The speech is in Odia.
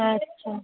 ଆଚ୍ଛା